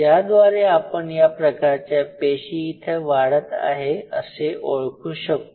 या द्वारे आपण या प्रकारच्या पेशी इथे वाढत आहे असे ओळखू शकतो